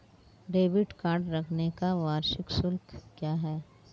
Debit card रखने का वार्षिक शुल्क क्या है?